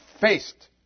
faced